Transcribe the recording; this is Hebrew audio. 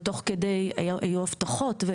והוצבו אבטחות.